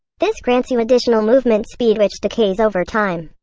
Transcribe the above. this grants you additional movement speed which decays over time.